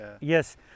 Yes